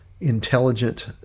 Intelligent